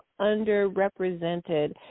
underrepresented